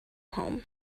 home